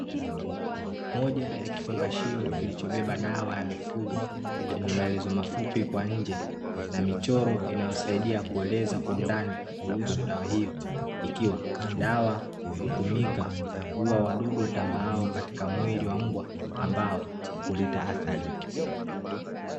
Moja ya kifungashio kilichobeba dawa ya mifugo, chenye maelezo mafupi kwa nje, na michoro inayosaidia kueleza kwa undani kuhusu dawa hiyo, ikiwa dawa hutumika kuua wadudu watambaao katika mwili wa mbwa, ambao huleta athari.